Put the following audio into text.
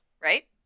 right